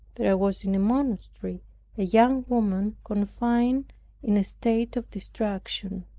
there was in a monastery a young woman confined in a state of distraction.